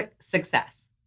success